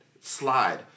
slide